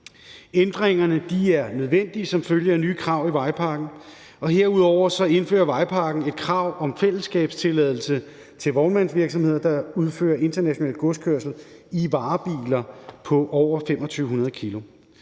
Ændringerne er nødvendige som følge af nye krav i vejpakken, og herudover indfører vejpakken et krav om fællesskabstilladelse til vognmandsvirksomheder, der udfører international godskørsel i varebiler på over 2.500 kg.